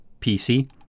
PC